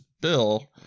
Bill